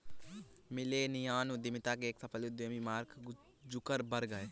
millennial उद्यमिता के एक सफल उद्यमी मार्क जुकरबर्ग हैं